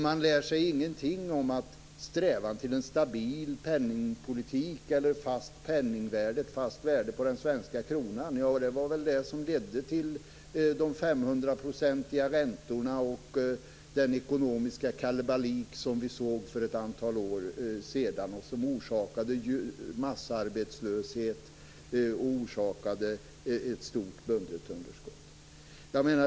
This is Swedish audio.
Man lär sig ingenting om att sträva efter en stabil penningpolitik eller ett fast värde på den svenska kronan. Det var väl det som ledde till de 500 procentiga räntorna och den ekonomiska kalabalik vi såg för ett antal år sedan, som orsakade massarbetslöshet och ett stort budgetunderskott.